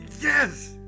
Yes